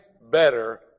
better